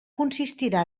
consistirà